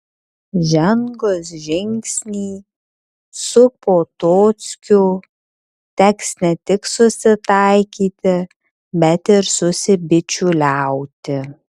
žengus žingsnį su potockiu teks ne tik susitaikyti bet ir susibičiuliauti